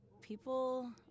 people